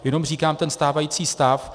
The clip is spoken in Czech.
Jenom říkám stávající stav.